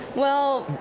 well,